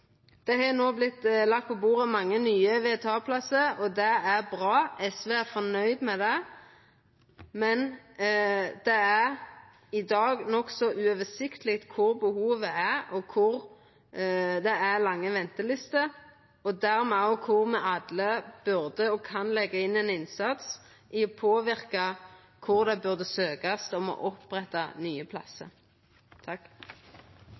Det har no vorte lagt på bordet mange nye VTA-plassar, og det er bra, SV er fornøgd med det. Men i dag er det nokså uoversiktleg kva behovet er, kvar det er lange ventelister, og dermed òg kvar me alle burde og kan leggja inn ein innsats for å påverka kvar det burde søkjast om å oppretta nye